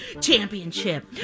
Championship